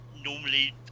normally